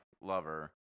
lover